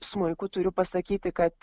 smuiku turiu pasakyti kad